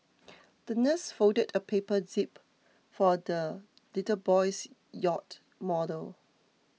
the nurse folded a paper jib for the little boy's yacht model